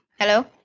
Hello